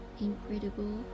incredible